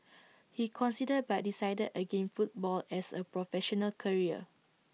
he considered but decided again football as A professional career